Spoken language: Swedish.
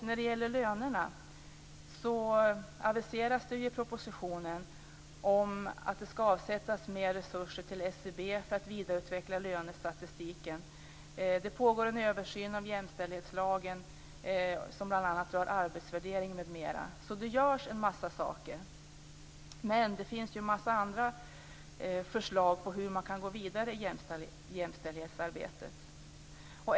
När det gäller lönerna aviseras i propositionen att mer resurser skall avsättas till SCB för att vidareutveckla lönestatistiken. Vidare pågår en översyn av jämställdhetslagen som bl.a. rör arbetsvärdering. Det görs alltså en mängd saker men det finns ju en hel del andra förslag om hur man kan gå vidare i jämställdhetsarbetet.